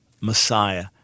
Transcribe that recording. Messiah